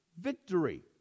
victory